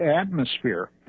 atmosphere